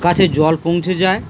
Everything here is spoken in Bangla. কাছে জল পৌঁছে যায়